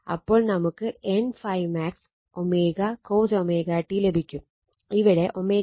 അപ്പോൾ നമുക്ക് N ∅max cos ലഭിക്കും